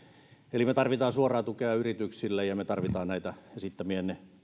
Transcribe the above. eli me tarvitsemme suoraa tukea yrityksille ja me tarvitsemme näitä esittämiänne